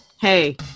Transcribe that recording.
hey